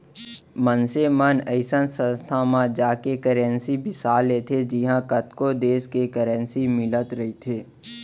मनसे मन अइसन संस्था म जाके करेंसी बिसा लेथे जिहॉं कतको देस के करेंसी मिलत रहिथे